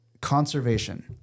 conservation